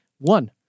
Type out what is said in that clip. One